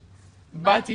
באתי,